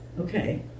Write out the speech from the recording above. okay